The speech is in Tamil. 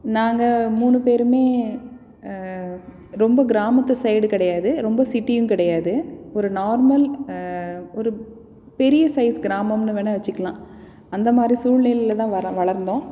நாங்கள் மூணு பேருமே ரொம்ப கிராமத்து சைடு கிடையாது ரொம்ப சிட்டியும் கிடையாது ஒரு நார்மல் ஒரு பெரிய சைஸ் கிராமம்னு வேணா வச்சுக்கலாம் அந்தமாதிரி சூழ்நிலையில்தான் வர வளர்ந்தோம்